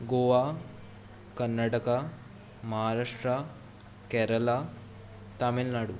Goa Karnataka Maharashtra Kerala Tamil Nadu